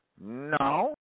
No